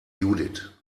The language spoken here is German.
judith